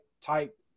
type